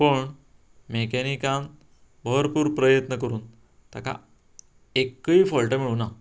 पूण मॅकॅनिकान भरपूर प्रयत्न करून ताका एक्कय फॉल्ट मेळूंना